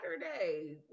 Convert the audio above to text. Saturday